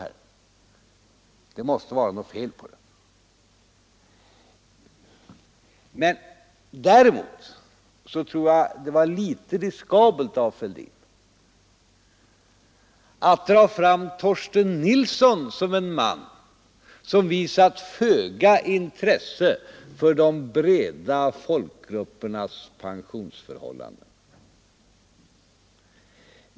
Det måste vara något fel på det. Jag tror att det var litet riskabelt för herr Fälldin att dra fram Torsten Nilsson som en man som visat föga intresse för de breda folkgruppernas pensionsförhållanden.